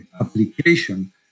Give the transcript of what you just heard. application